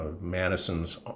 madison's